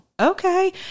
Okay